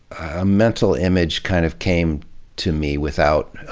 a mental image kind of came to me without,